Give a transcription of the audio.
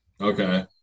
okay